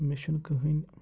مےٚ چھُنہٕ کٕہٕنۍ